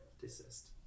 desist